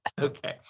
okay